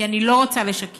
כי אני לא רוצה לשקר,